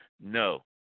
No